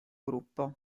gruppo